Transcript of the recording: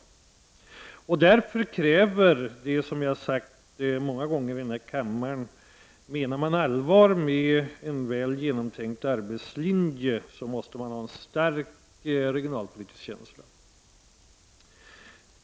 Som jag många gånger har sagt i den här kammaren, menar man allvar med en väl genomtänkt arbetslinje måste man ha en stark regionalpolitisk känsla.